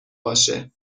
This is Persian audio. باشه